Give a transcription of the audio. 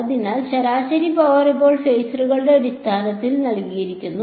അതിനാൽ ശരാശരി പവർ ഇപ്പോൾ ഫേസറുകളുടെ അടിസ്ഥാനത്തിൽ നൽകിയിരിക്കുന്നു